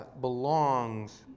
belongs